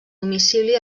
domicili